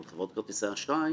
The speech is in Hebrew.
על חברות כרטיסי האשראי,